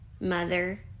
mother